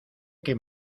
que